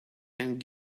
and